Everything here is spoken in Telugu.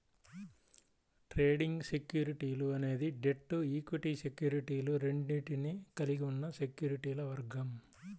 ట్రేడింగ్ సెక్యూరిటీలు అనేది డెట్, ఈక్విటీ సెక్యూరిటీలు రెండింటినీ కలిగి ఉన్న సెక్యూరిటీల వర్గం